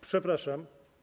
Przepraszam.